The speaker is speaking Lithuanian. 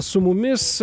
su mumis